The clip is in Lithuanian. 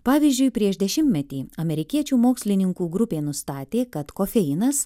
pavyzdžiui prieš dešimtmetį amerikiečių mokslininkų grupė nustatė kad kofeinas